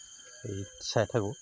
হেৰিত চাই থাকোঁ